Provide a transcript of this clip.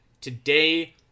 today